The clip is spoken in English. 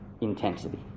intensity